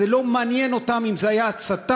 לא מעניין אותם אם זו הייתה הצתה,